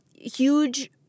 huge